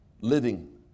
Living